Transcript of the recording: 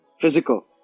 Physical